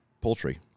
poultry